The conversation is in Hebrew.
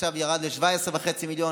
ועכשיו זה ירד ל-17.5 מיליון.